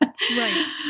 Right